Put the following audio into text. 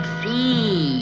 see